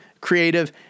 creative